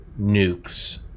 nukes